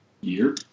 Year